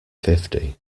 fifty